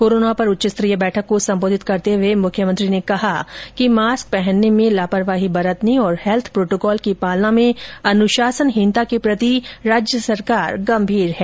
corona पर उच्चस्तरीय बैठक को सम्बोधित करते हुए मुख्यमंत्री ने कहा कि मास्क पहनने में लापरवाही बरतने तथा हेल्थ प्रोटोकॉल की पालना में अनुशासनहीनता के प्रति राज्य सरकार गंभीर है